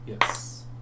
Yes